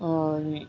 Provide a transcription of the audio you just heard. और